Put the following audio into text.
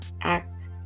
act